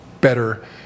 better